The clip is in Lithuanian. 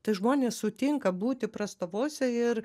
tai žmonės sutinka būti prastovose ir